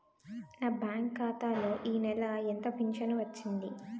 నా బ్యాంక్ ఖాతా లో ఈ నెల ఎంత ఫించను వచ్చింది?